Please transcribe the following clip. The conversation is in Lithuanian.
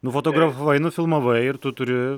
nufotografavai nufilmavai ir tu turi